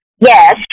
yes